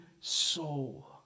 soul